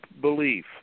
belief